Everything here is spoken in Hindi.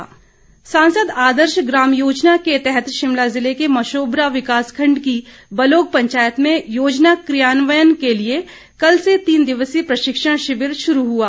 प्रशिक्षण सांसद आदर्श ग्राम योजना के तहत शिमला जिले के मशोबरा विकास खंड की बलोग पंचायत में योजना कियान्वयन के लिए कल से तीन दिवसीय प्रशिक्षण शिविर शुरू हुआ